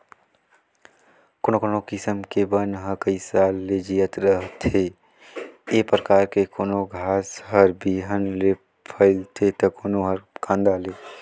कोनो कोनो किसम के बन ह कइ साल ले जियत रहिथे, ए परकार के कोनो घास हर बिहन ले फइलथे त कोनो हर कांदा ले